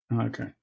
Okay